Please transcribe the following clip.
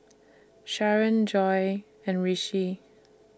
Sharen Joi and Rishi